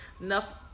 Enough